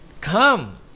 come